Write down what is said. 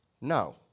No